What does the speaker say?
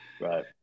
Right